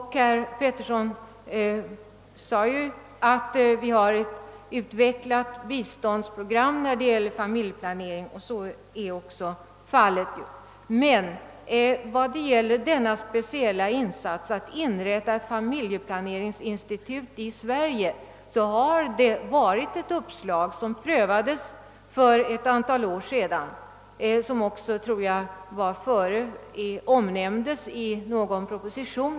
Som herr Petersson i Gäddvik framhöll har vi ett omfattande biståndsprogram när det gäller familjeplaneringen. Den speciella insatsen att inrätta ett familjeplaneringsinstitut i Sverige är ett uppslag som prövades för ett antal år sedan, och jag vill minnas att frågan även berördes i en proposition.